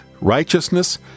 righteousness